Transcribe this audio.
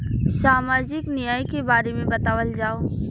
सामाजिक न्याय के बारे में बतावल जाव?